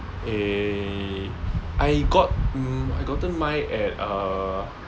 eh I got um I gotten mine at uh